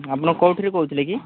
ଆପଣ କୋଉଥିରେ କହୁଥିଲେ କି